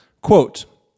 Quote